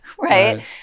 right